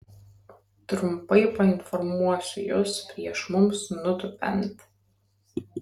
trumpai painformuosiu jus prieš mums nutūpiant